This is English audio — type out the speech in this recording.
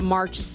March